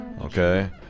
Okay